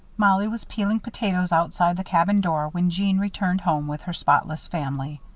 mollie was peeling potatoes outside the cabin door, when jeanne returned home with her spotless family.